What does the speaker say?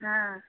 ಆಂ